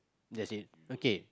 that's it okay